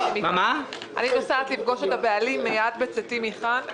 אני נוסעת לפגוש את הבעלים מייד בצאתי מכאן.